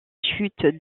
chute